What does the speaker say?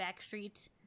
Backstreet